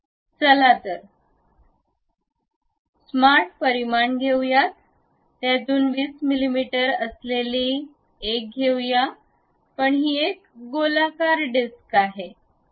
तर चला चला स्मार्ट परिमाण घेऊ या आतून २० मिमी असलेली एक घेऊया पण ही एक गोलाकार डिस्क आहे